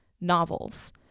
novels